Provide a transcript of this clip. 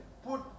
Put